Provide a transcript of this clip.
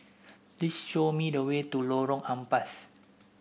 please show me the way to Lorong Ampas